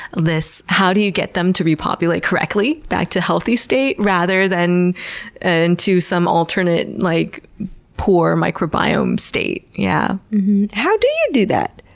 how do you get them to repopulate correctly back to healthy state rather than and to some alternate like poor microbiome state? yeah how do you do that?